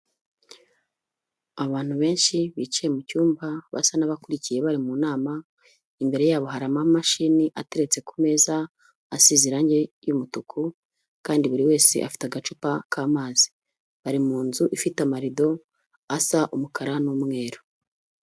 Abantu benshi bicaye mu cyumba basa n'abakurikiye bari mu nama, imbere yabo hari amamashini ateretse ku meza asize irangi ry'umutuku kandi buri wese afite agacupa k'amazi. Bari mu nzu ifite amarido asa umukara n'umweru.